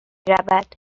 رود